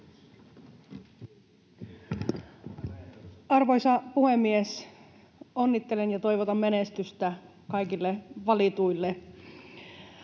Arvoisa puhemies! Onnittelen ja toivotan menestystä kaikille valituille.